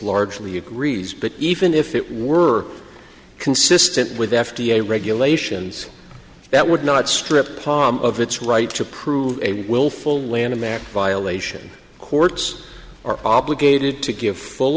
largely agrees but even if it were consistent with f d a regulations that would not strip palm of its right to prove a willful lanham act violation courts are obligated to give full